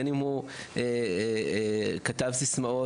בין אם הוא כתב סיסמאות